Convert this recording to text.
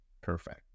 Perfect